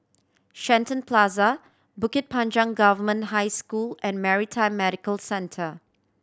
Shenton Plaza Bukit Panjang Government High School and Maritime Medical Centre